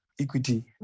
equity